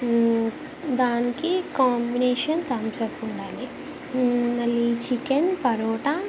దానికి combination Thums Up ఉండాలి మళ్ళీ చికెన్ పరోటా